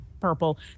purple